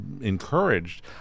encouraged